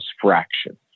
fraction